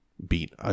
beat